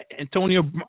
Antonio